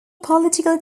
political